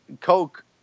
coke